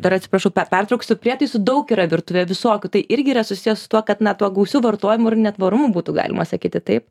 dar atsiprašau pertrauksiu prietaisų daug yra virtuvėje visokių tai irgi yra susiję su tuo kad na tuo gausiu vartojimu ir netvarumu būtų galima sakyti taip